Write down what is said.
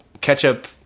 ketchup